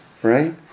Right